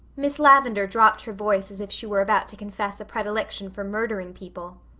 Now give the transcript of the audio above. miss lavendar dropped her voice as if she were about to confess a predilection for murdering people,